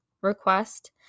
request